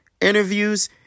interviews